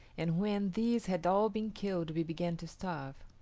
and when these had all been killed we began to starve.